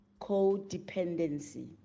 codependency